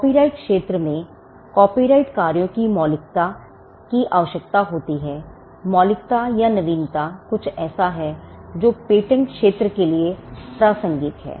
copyright क्षेत्र में copyright कार्यों की मौलिकता की आवश्यकता होती है मौलिकता या नवीनता कुछ ऐसा है जो पेटेंट क्षेत्र के लिए प्रासंगिक है